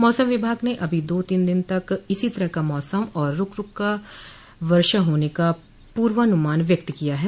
मौसम विभाग ने अभी दो तीन दिन तक इसी तरह का मौसम और रूक रूक का वर्षा होने का पूर्वानुमान व्यक्त किया है